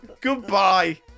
Goodbye